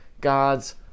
god's